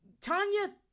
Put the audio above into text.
Tanya